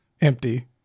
empty